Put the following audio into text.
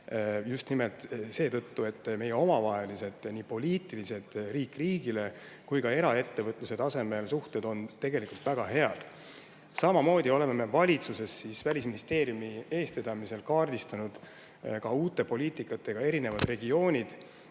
Just nimelt seetõttu, et meie omavahelised, nii poliitilised, riik riigiga suhted kui ka eraettevõtluse tasemel suhted on väga head. Samamoodi oleme valitsuses Välisministeeriumi eestvedamisel kaardistanud uute poliitikatega erinevad regioonid.